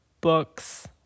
books